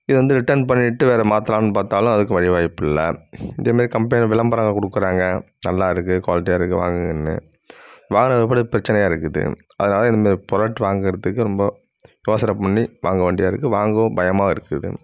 இது வந்து ரிட்டன் பண்ணிட்டு வேற மாற்றலானு பார்த்தாலும் அதுக்கும் வழி வாய்ப்பு இல்லை இது மாதிரி கம்பெனி விளம்பரம் கொடுக்குறாங்க நல்லா இருக்குது குவாலிட்டியாக இருக்குது வாங்குங்கன்னு வாங்கின பின்னாடி பிரச்சனையா இருக்குது அதனால இந்த மாதிரி ப்ராடக்ட் வாங்கிறத்துக்கு ரொம்ப யோசணை பண்ணி வாங்க வேண்டியாதா இருக்குது வாங்கவும் பயமாக இருக்குது